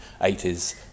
80s